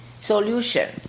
solution